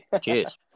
Cheers